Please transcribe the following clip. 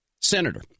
Senator